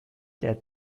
der